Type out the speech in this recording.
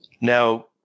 Now